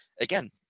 again